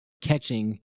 catching